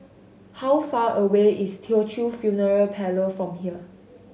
how far away is Teochew Funeral Parlour from here